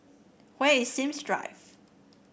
where is Sims Drive